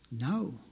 No